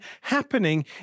happening